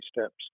steps